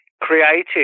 created